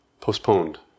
postponed